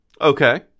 Okay